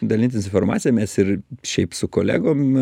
dalintis informacija mes ir šiaip su kolegom